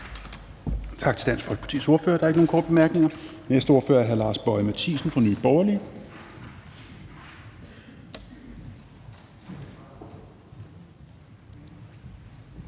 Tak til Dansk Folkepartis ordfører. Der er ikke nogen korte bemærkninger. Den næste ordfører er hr. Lars Boje Mathiesen fra Nye Borgerlige.